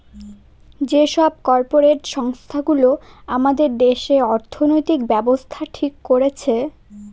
যে সব কর্পরেট সংস্থা গুলো আমাদের দেশে অর্থনৈতিক ব্যাবস্থা ঠিক করছে